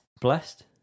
Blessed